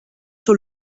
sur